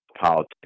politics